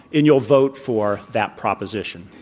and you'll vote for that proposition.